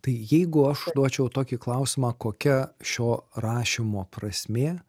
tai jeigu aš užduočiau tokį klausimą kokia šio rašymo prasmė